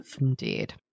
Indeed